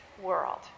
world